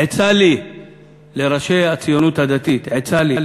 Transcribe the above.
עצה לי לראשי הציונות הדתית, עצה לי: